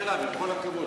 עם כל הכבוד,